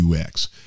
UX